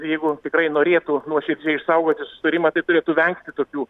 jeigu tikrai norėtų nuoširdžiai išsaugoti susitarimą tai turėtų vengti tokių